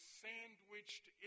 sandwiched